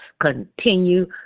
continue